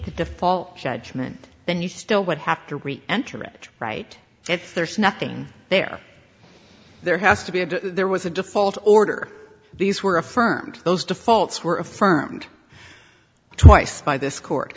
default judgment then you still would have to enter it right if there's nothing there there has to be a there was a default order these were affirmed those defaults were affirmed twice by this court